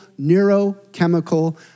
neurochemical